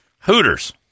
Hooters